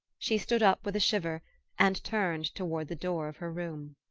she stood up with a shiver and turned toward the door of her room.